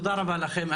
תודה רבה לכם.